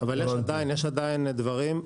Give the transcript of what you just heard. אבל יש עדיין דברים,